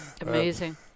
Amazing